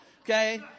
okay